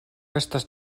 estas